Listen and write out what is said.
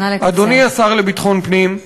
אדוני השר לביטחון פנים,